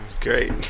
Great